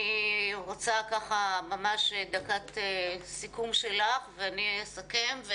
אני רוצה לתת לסימה דקת סיכום ולאחר מכן אני אסכם.